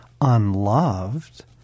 unloved